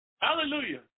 Hallelujah